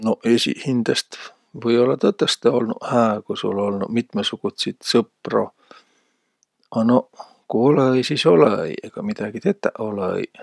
Noq esiqhindäst või-ollaq tõtõstõ olnuq hää, ku sul olnuq mitmõsugutsit sõpro. A noq, ku olõ-õi, sis olõ-õi, egaq midägi tetäq olõ-õiq.